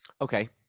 Okay